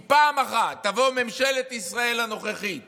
אם בפעם הבאה תבוא ממשלת ישראל הנוכחית